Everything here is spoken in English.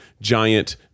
giant